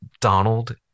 Donald